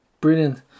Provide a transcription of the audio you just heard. Brilliant